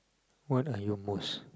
what are your most